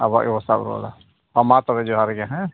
ᱟᱵᱚᱣᱟᱜ ᱜᱮᱵᱚᱱ ᱥᱟᱵ ᱨᱩᱣᱟᱹᱲᱟ ᱢᱟ ᱛᱚᱵᱮ ᱡᱚᱦᱟᱨ ᱜᱮ ᱦᱮᱸ